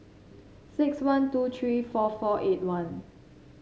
six one two three four four eight one